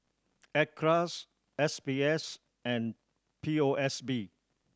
Acres S B S and P O S B